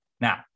Now